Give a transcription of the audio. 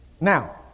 Now